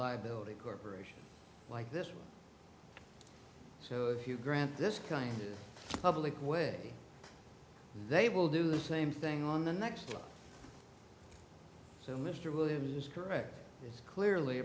liability corporation like this so if you grant this kind of like way they will do the same thing on the next so mr williams is correct clearly